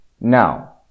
Now